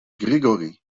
grigori